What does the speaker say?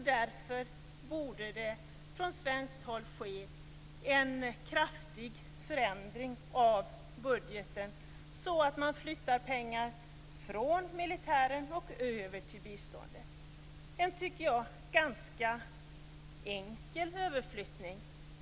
Därför borde det från svenskt håll ske en kraftig förändring av budgeten så att man flyttar pengar från militären och över till biståndet. Det tycker jag är en ganska enkel överflyttning.